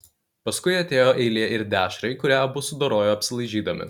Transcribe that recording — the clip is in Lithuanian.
paskui atėjo eilė ir dešrai kurią abu sudorojo apsilaižydami